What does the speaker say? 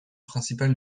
principale